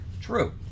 true